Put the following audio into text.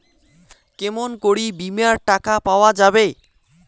কেমন করি বীমার টাকা পাওয়া যাবে?